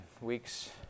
weeks